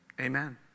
Amen